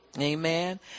Amen